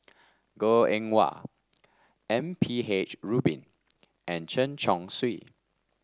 Goh Eng Wah M P H Rubin and Chen Chong Swee